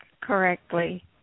correctly